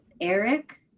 Eric